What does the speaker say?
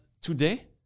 today